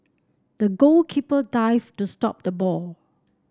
the goalkeeper dived to stop the ball